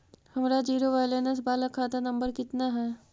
हमर zero balance बाला खाता नम्बर कितना है?